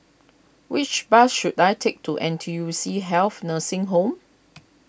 which bus should I take to N T U C Health Nursing Home